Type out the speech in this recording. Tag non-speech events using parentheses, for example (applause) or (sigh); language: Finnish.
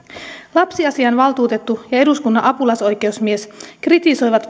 lapsiasiainvaltuutettu ja eduskunnan apulaisoikeusmies kritisoivat (unintelligible)